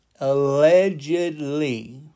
allegedly